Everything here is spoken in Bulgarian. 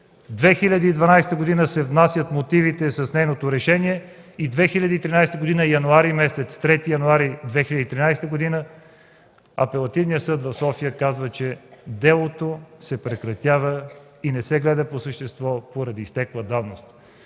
2012 г. мотивите с нейното решение се внасят и на 3 януари 2013 г. Апелативният съд в София казва, че делото се прекратява и не се гледа по същество, поради изтекла давност.